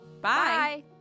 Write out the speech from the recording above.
bye